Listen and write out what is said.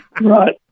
Right